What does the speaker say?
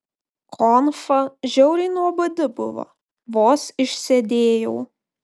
konfa žiauriai nuobodi buvo vos išsėdėjau